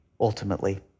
ultimately